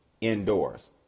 indoors